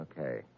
Okay